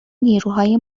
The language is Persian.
نیروهای